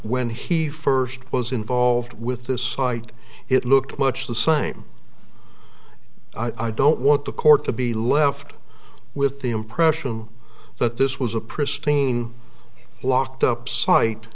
when he first was involved with this site it looked much the same i don't want the court to be left with the impression that this was a pristine locked up site